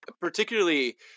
Particularly